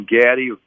Gaddy